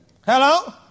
Hello